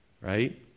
Right